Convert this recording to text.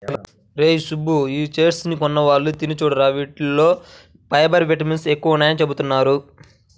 అరేయ్ సుబ్బు, ఈ చెస్ట్నట్స్ ని కొన్నాళ్ళు తిని చూడురా, యీటిల్లో ఫైబర్, విటమిన్లు ఎక్కువని చెబుతున్నారు